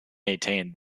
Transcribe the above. maintain